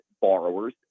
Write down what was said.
borrowers